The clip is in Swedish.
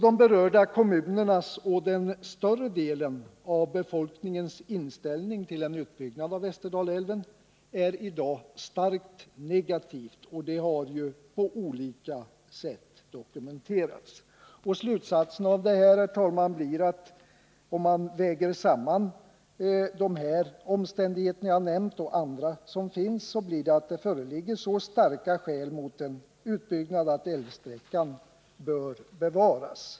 De berörda kommunernas och den större delen av befolkningens inställning till en utbyggnad av Västerdalälven är i dag starkt negativ, vilket på olika sätt dokumenterats. Slutsatsen vid en sammanvägning av de omständigheter jag har nämnt och andra blir att det föreligger så starka skäl mot en utbyggnad att älvsträckan bör bevaras.